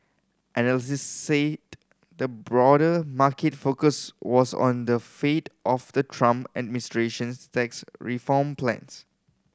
analysts said the broader market focus was on the fate of the Trump administration's tax reform plans